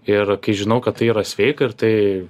ir kai žinau kad tai yra sveika ir tai